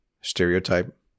stereotype